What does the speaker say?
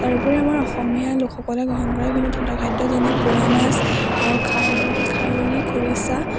তাৰোপৰি আমাৰ অসমীয়া লোকসকলে গ্ৰহণ কৰা বিভিন্ন থলুৱা খাদ্য যেনে পোৰা মাছ খাৰ খাৰলি খৰিচা